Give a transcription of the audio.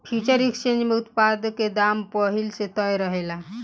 future exchange में उत्पाद के दाम पहिल से तय रहेला